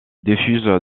diffuse